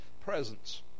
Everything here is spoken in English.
presence